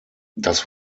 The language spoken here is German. das